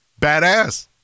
badass